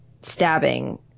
stabbing